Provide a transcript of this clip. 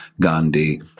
Gandhi